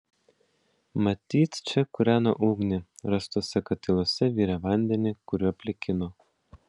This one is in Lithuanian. matyt čia kūreno ugnį rastuose katiluose virė vandenį kuriuo plikino